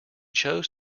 chose